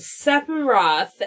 Sephiroth